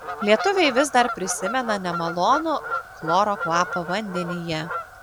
lietuviai vis dar prisimena nemalonų chloro kvapą vandenyje